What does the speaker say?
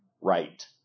right